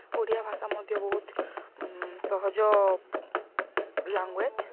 ଓଡ଼ିଆ ଭାଷା ମଧ୍ୟ ବହୁତ୍ ସହଜ ଲାଙ୍ଗୁଏଜ୍